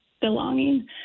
belonging